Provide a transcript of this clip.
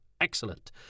excellent